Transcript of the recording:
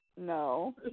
no